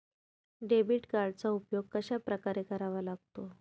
Debit कार्डचा उपयोग कशाप्रकारे करावा लागतो?